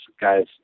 guy's